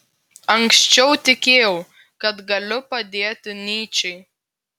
anksčiau tikėjau kad galiu padėti nyčei